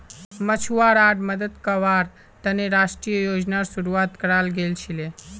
मछुवाराड मदद कावार तने राष्ट्रीय योजनार शुरुआत कराल गेल छीले